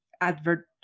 advert